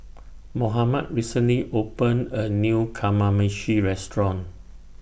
Mohammed recently opened A New Kamameshi Restaurant